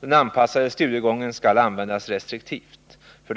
Den anpassade studiegången skall användas mycket restriktivt. 2.